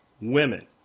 women